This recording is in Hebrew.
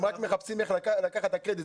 הם רק מחפשים איך לקחת את הקרדיט.